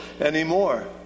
anymore